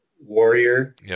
warrior